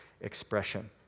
expression